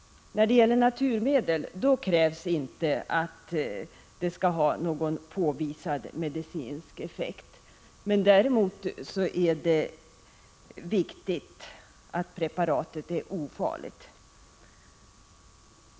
När det gäller naturmedel krävs inte att det skall finnas någon påvisad medicinsk effekt. Däremot är det viktigt att preparatet är ofarligt.